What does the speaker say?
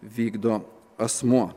vykdo asmuo